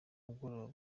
mugoroba